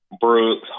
Brooks